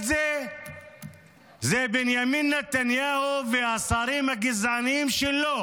זה זה בנימין נתניהו והשרים הגזעניים שלו,